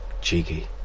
cheeky